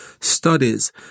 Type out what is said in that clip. studies